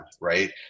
right